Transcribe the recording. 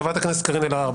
חברת הכנסת קארין אלהרר.